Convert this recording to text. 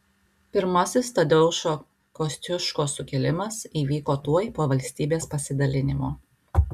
pirmasis tadeušo kosciuškos sukilimas įvyko tuoj po valstybės pasidalinimo